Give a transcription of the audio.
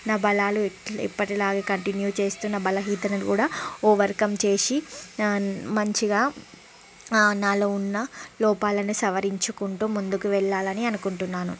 నా బలాలు ఏ ఎప్పటిలాగే కంటిన్యూ చేస్తూ నా బలహీనతలు కూడా ఒవర్కమ్ చేసి మంచిగా నాలో ఉన్న లోపాలని సవరించుకుంటూ ముందుకు వెళ్ళాలని అనుకుంటున్నాను